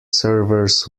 servers